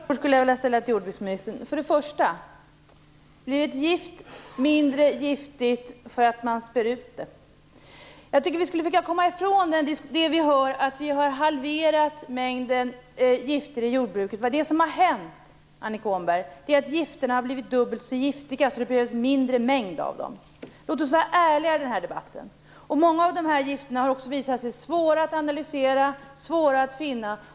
Herr talman! Jag skulle vilja ställa några frågor till jordbruksministern. För det första. Blir ett gift mindre giftigt för att man spär ut det? Jag tycker att vi skall försöka komma i från att vi har halverat mängden gifter i jordbruket. Det som har hänt, Annika Åhnberg, är att gifterna har blivit dubbelt så giftiga. Därmed behövs det mindre mängd av dem. Låt oss vara ärliga i den här debatten! Många av de här gifterna har också visat sig vara svåra att analysera och svåra att finna.